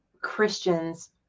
Christians